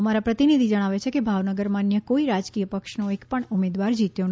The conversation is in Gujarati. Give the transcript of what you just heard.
અમારા પ્રતિનિધિ જણાવે છે કે ભાવનગર માં અન્ય કોઈ રાજકીય પક્ષ નો એકપણ ઉમેદવાર જીત્યો નથી